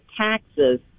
taxes